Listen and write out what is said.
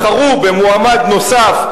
בחרו במועמד נוסף,